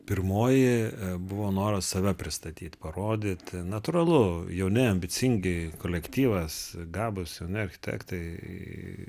pirmoji buvo noras save pristatyt parodyt natūralu jauni ambicingi kolektyvas gabūs jauni architektai